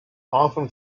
often